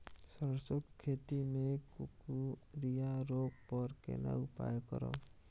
सरसो के खेती मे कुकुरिया रोग पर केना उपाय करब?